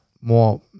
more